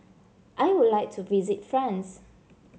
I would like to visit France